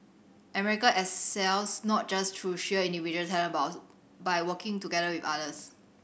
America excels not just through sheer individual talent about by working together with others